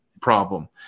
problem